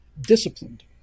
Disciplined